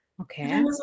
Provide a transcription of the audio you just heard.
Okay